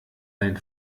dein